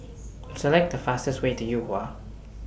Select The fastest Way to Yuhua